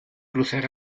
cruzar